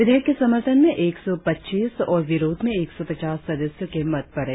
विधेयक के समर्थन में एक सौ पच्चीस और विरोध में एक सौ पचास सदस्यों में मत पड़े